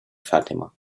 fatima